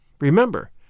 Remember